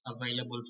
available